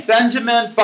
Benjamin